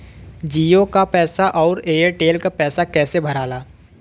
जीओ का पैसा और एयर तेलका पैसा कैसे भराला?